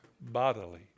bodily